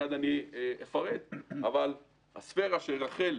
הספרה שרח"ל